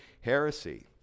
heresy